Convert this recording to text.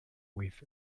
with